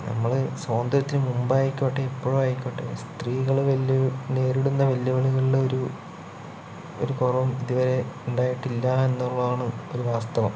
നമ്മള് സ്വാതന്ത്രത്തിനു മുമ്പായിക്കോട്ടെ ഇപ്പോഴായിക്കോട്ടെ സ്ത്രീകള് വെല്ലുവിളികളിലൊരു ഒരു ഒരു കുറവും ഇതുവരെ ഉണ്ടായിട്ടില്ല എന്നുള്ളതാണ് ഒരു വാസ്തവം